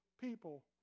people